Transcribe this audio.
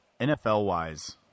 NFL-wise